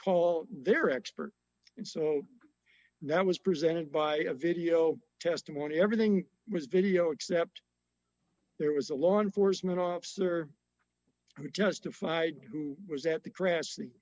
call their expert and so that was presented by video testimony everything was video except there was a law enforcement officer who justified who was at the gras